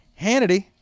Hannity